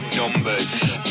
numbers